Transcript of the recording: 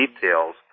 details